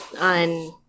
on